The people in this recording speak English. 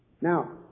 now